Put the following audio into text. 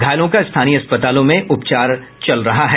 घायलों का स्थानीय अस्पतालों में उपचार हो रहा है